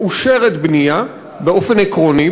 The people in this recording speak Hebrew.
מאושרת בנייה באופן עקרוני,